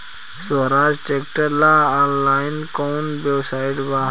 सोहराज tractor ला online कोउन website बा?